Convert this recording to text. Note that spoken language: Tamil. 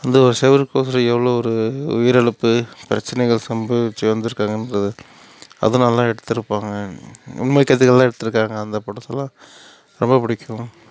அந்த ஒரு சுவுருக்கோசரம் எவ்வளோ ஒரு உயிரிழப்பு பிரச்சனைகள் சமாளித்து வந்துருக்காங்கன்றது அது நல்லா எடுத்திருப்பாங்க உண்மைக் கதைகள்லாம் எடுத்திருக்காங்க அந்த படத்தில் ரொம்ப பிடிக்கும்